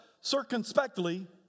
circumspectly